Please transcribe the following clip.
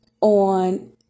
on